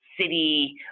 city